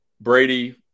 Brady